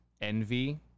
envy